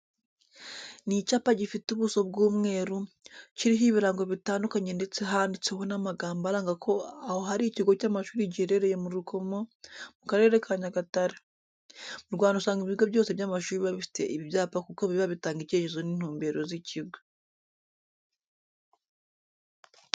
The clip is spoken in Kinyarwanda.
Ni icyapa gifite ubuso bw'umweru, kiriho ibirango bitandukanye ndetse handitseho n'amagambo aranga ko aho hari ikigo cy'amashuri giherereye muri Rukomo mu Karere ka Nyagatare. Mu Rwanda usanga ibigo byose by'amashuri biba bifite ibi byapa kuko biba bitanga icyerekezo n'intumbero z'ikigo.